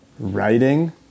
Writing